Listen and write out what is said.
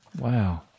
Wow